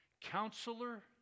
counselor